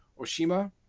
Oshima